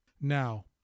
Now